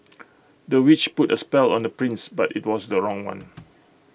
the witch put A spell on the prince but IT was the wrong one